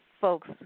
folks